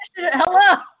Hello